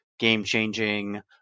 game-changing